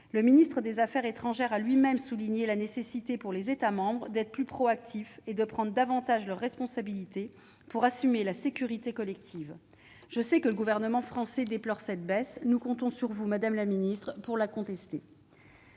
Le ministre des affaires étrangères a lui-même souligné la nécessité, pour les États membres, d'être plus proactifs et de prendre davantage leurs responsabilités pour assumer la sécurité collective. Je sais que le Gouvernement français déplore cette baisse. Nous comptons sur vous, madame la secrétaire d'État, pour la contester.